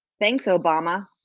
thanks obama.